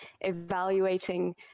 evaluating